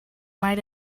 might